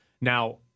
Now